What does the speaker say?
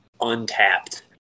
Untapped